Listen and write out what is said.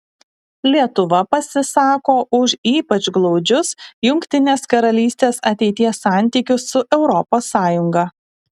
lietuva pasisako už ypač glaudžius jungtinės karalystės ateities santykius su europos sąjunga